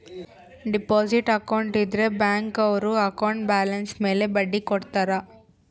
deposit account ಇದ್ರ bank ಅವ್ರು account balance ಮೇಲೆ ಬಡ್ಡಿ ಕೊಡ್ತಾರ